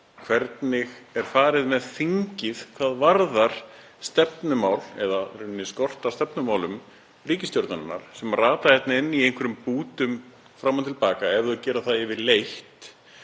hvernig farið er með þingið hvað varðar stefnumál eða í raun skort á stefnumálum ríkisstjórnarinnar sem rata inn í einhverjum bútum fram og til baka, ef þau gera það yfirleitt.